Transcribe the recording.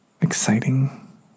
exciting